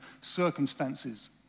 circumstances